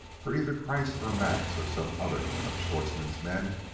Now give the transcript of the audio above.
for either kreiss or max, or some other of schwartzmann's men,